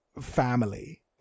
family